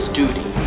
duty